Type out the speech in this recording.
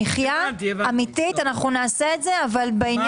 "מוכנה" "בנויה"